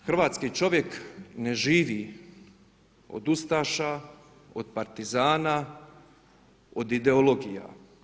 Hrvatski čovjek ne živi od ustaša, od partizana, od ideologija.